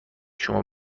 شما